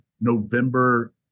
November